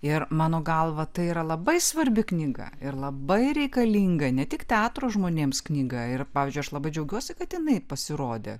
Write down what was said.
ir mano galva tai yra labai svarbi knyga ir labai reikalinga ne tik teatro žmonėms knyga ir pavyzdžiui aš labai džiaugiuosi kad jinai pasirodė